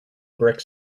brick